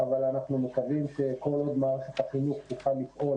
אבל אנחנו מקווים שכל עוד מערכת החינוך תוכל לפעול